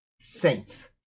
saints